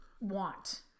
want